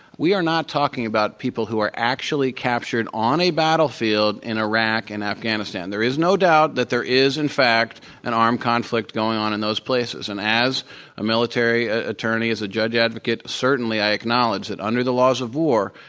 we are not talking about people who were actually captured on a battlefield in iraq and afghanistan. there is no doubt that there is in fact an armed conflict going on in those places. and as a military attorney, as a judge advocate, certainly i acknowledge that under the laws of war,